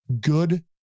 good